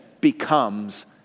becomes